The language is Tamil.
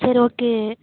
சரி ஓகே